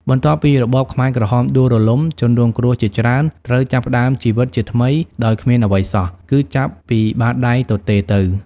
បន្ទាប់ពីរបបខ្មែរក្រហមដួលរលំ ជនរងគ្រោះជាច្រើនត្រូវចាប់ផ្តើមជីវិតជាថ្មីដោយគ្មានអ្វីសោះ គឺចាប់ពីបាតដៃទទេរទៅ។